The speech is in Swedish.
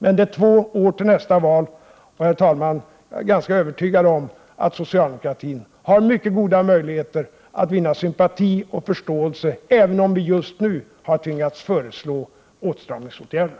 Men det är två år till nästa val, och herr talman, jag är ganska övertygad om att socialdemokratin har mycket goda möjligheter att vinna sympati och förståelse även om vi just nu har tvingats föreslå åtstramningsåtgärder.